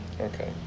Okay